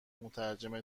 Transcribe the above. مترجم